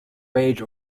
beige